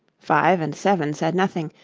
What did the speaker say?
five and seven said nothing,